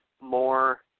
more